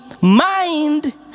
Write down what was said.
mind